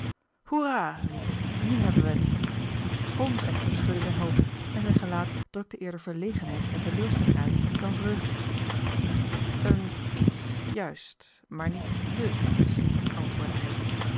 hoera riep ik nu hebben wij het holmes echter schudde zijn hoofd en zijn gelaat drukte eerder verlegenheid en teleurstelling uit dan vreugde een fiets juist maar niet de fiets antwoordde hij